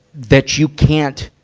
that you can't,